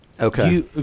Okay